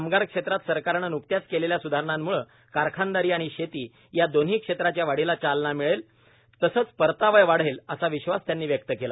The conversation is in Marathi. कामगार क्षेत्रात सरकारनं न्कत्याच केलेल्या सुधारणांमुळे कारखानदारी आणि शेती या दोन्ही क्षेत्राच्या वाढीला चालना मिळेल तसंच परतावा वाढेल असा विश्वास त्यांनी व्यक्त केला